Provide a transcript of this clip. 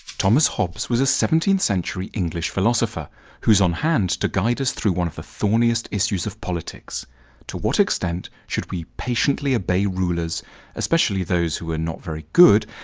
thomas hobbes was a seventeen century english philosopher who is on hand to guide us through one of the thorniest issues of politics to what extent should we patiently obey rulers especially those who are not very good.